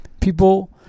People